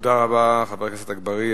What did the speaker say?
תודה רבה, חבר הכנסת אגבאריה.